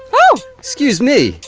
so excuse me.